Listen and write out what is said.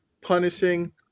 punishing